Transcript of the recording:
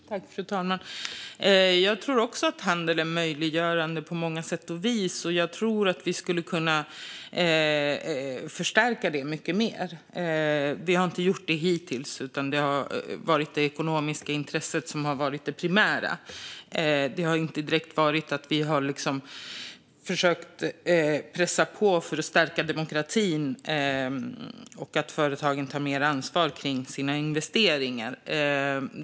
Fru talman! Jag tror också att handel är möjliggörande på många sätt och vis, och jag tror att vi skulle kunna förstärka det här mycket mer. Vi har inte gjort det hittills, utan det har varit det ekonomiska intresset som har varit det primära. Det har inte direkt varit så att man har försökt pressa på för att stärka demokratin och se till att företagen tar mer ansvar för sina investeringar.